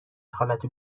خالتو